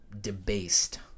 debased